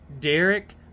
Derek